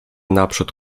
naprzód